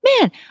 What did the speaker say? man